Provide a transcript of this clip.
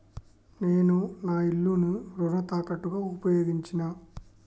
నేను నా ఇల్లును రుణ తాకట్టుగా ఉపయోగించినా